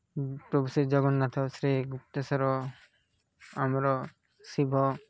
ପ୍ରଭୁ ଶ୍ରୀ ଜଗନ୍ନାଥ ଶ୍ରୀ ଗୁପ୍ତେଶ୍ୱର ଆମର ଶିବ